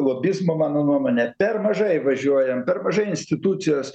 lobizmo mano nuomone per mažai važiuojam per mažai institucijos